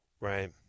Right